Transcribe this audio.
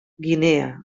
guinea